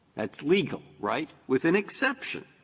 that's legal right? with an exception.